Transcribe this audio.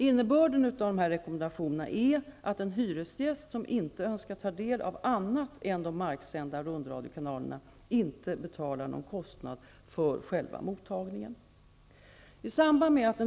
Innebörden av dessa rekommendationer är att en hyresgäst som inte önskar ta del av annat än de marksända rundradiokanalerna inte betalar någon kostnad för själva mottagningen.